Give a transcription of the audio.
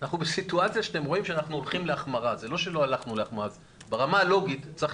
זה מה שאני מנסה